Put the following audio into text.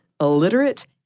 illiterate